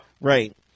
Right